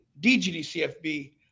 DGDCFB